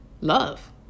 Love